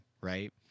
right